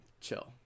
chill